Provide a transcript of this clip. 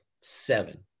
seven